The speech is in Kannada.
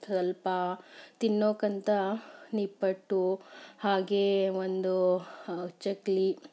ಸ್ವಲ್ಪ ತಿನ್ನೋಕಂತ ನಿಪ್ಪಟ್ಟು ಹಾಗೇ ಒಂದು ಚಕ್ಲಿ